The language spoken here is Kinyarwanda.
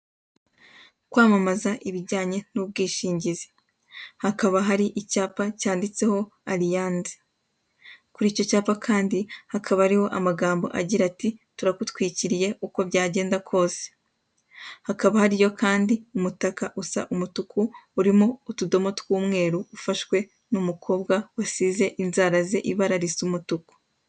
Kwamamaza ibijyanye n'ubwishingizi. Hakaba hari icyapa cyanditseho Alliance. Kuri icyo cyapa kandi hakaba hariho amagambo agira ati: "Turagutwikiriye uko byagenda kose." Hakaba hariyo kandi umutaka usa umutuku urimo utudomo tw'umweru ufashwe n'umukobwa usize inzara ze ibara risa umutuku.